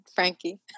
Frankie